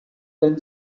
then